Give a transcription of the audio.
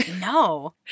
No